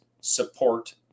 support